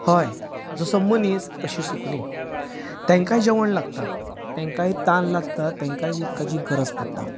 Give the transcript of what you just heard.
हय जसो मनीस तशीं सुकणीं तेंकां जेवण लागता तेंकांय तान लागता तेंकांय उदकाची गरज पडटा